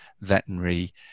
veterinary